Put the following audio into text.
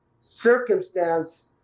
circumstance